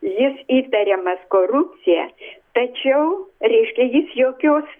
jis įtariamas korupcija tačiau reiškia jis jokios